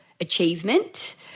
achievement